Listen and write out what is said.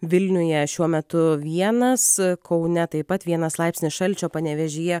vilniuje šiuo metu vienas kaune taip pat vienas laipsnis šalčio panevėžyje